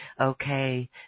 Okay